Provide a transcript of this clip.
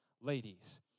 ladies